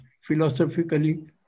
Philosophically